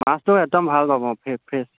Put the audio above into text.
মাছটো একদম ভাল পাব অঁ ফ্ৰেছ ফ্ৰেছ